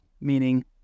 meaning